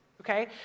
Okay